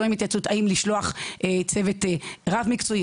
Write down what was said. האם לשלוח צוות רב מקצועי,